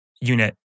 unit